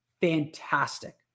fantastic